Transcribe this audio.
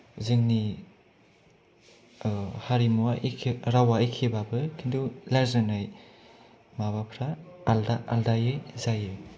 जोंनि हारिमुआ एखे रावआ एखेबाबो खिन्थु रायज्लायनाय माबाफ्रा आलादा आलादायै जायो